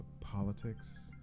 politics